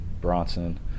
Bronson